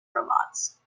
robots